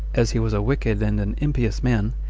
as he was a wicked and an impious man,